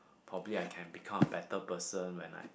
probably I can become a better person when I